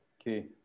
Okay